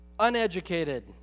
Uneducated